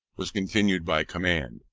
was continued by command.